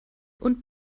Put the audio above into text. und